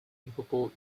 incapable